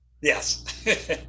Yes